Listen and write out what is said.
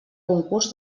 concurs